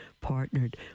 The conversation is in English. partnered